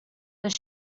does